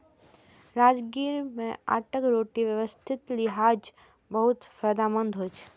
राजगिरा के आटाक रोटी स्वास्थ्यक लिहाज बहुत फायदेमंद होइ छै